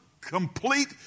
complete